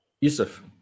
Yusuf